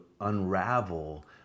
unravel